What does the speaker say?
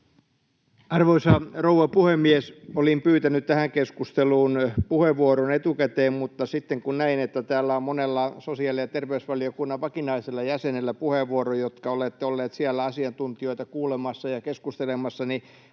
Arvoisa rouva puhemies! Olin pyytänyt tähän keskusteluun puheenvuoron etukäteen, mutta sitten kun näin, että täällä on puheenvuoro monella teillä sosiaali- ja terveysvaliokunnan vakinaisella jäsenellä, jotka olette olleet siellä asiantuntijoita kuulemassa ja keskustelemassa, niin